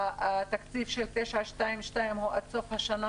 שהתקציב של 9.22 הוא עד סוף השנה.